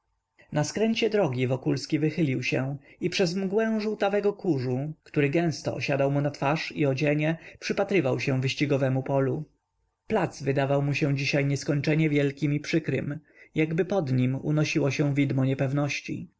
na skręcie drogi wokulski wychylił się i przez mgłę żółtawego kurzu który gęsto osiadał mu twarz i odzienie przypatrywał się wyścigowemu polu plac wydawał mu się dzisiaj nieskończenie wielkim i przykrym jakby nad nim unosiło się widmo niepewności